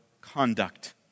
conduct